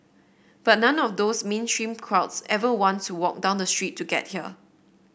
but none of those mainstream crowds ever want to walk down the street to get here